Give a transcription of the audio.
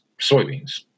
soybeans